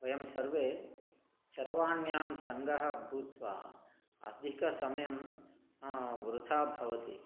वयं सर्वे चरवाण्यां सङ्गः भूत्वा अधिकसमयं वृथा भवति